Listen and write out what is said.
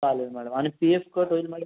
चालेल मॅडम आणि P F cut होईल मॅडम